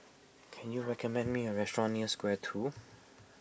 can you recommend me a restaurant near Square two